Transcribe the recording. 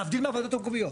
להבדיל מהוועדות המקומיות.